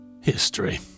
History